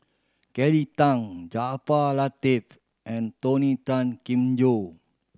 Kelly Tang Jaafar Latiff and Tony Tan Keng Joo